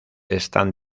están